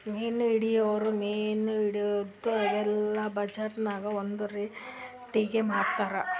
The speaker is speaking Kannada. ಮೀನ್ ಹಿಡಿಯೋರ್ ಮೀನ್ ಹಿಡದು ಅವೆಲ್ಲ ಬಜಾರ್ದಾಗ್ ಒಂದ್ ರೇಟಿಗಿ ಮಾರ್ತಾರ್